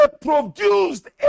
produced